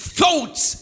thoughts